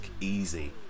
easy